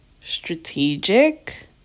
strategic